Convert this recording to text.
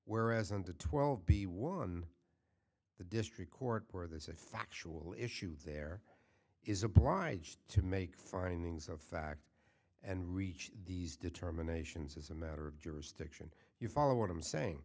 whereas on the twelve b one the district court where there's a factual issue there is obliged to make findings of fact and reach these determinations as a matter of jurisdiction you follow what i'm saying